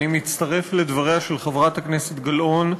אני מצטרף לדבריה של חברת הכנסת גלאון,